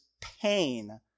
pain